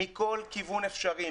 מכל כיוון אפשרי,